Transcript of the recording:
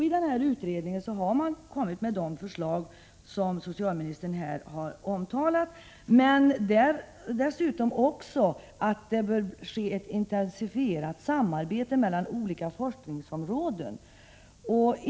I utredningen har man kommit med de förslag som socialministern här har omtalat, men man talar också om att det bör ske ett intensifierat samarbete mellan olika forskningsområden.